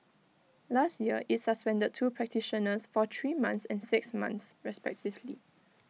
last year IT suspended two practitioners for three months and six months respectively